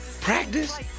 Practice